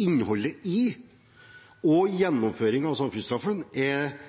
innholdet i og gjennomføringen av samfunnsstraffen er